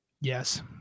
Yes